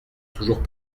toujours